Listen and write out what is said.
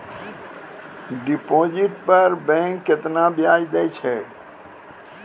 Deposit पर bank केतना ब्याज दै छै?